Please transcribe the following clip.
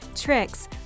tricks